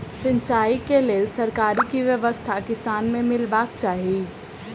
सिंचाई केँ लेल सरकारी की व्यवस्था किसान केँ मीलबाक चाहि?